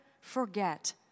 forget